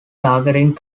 targeting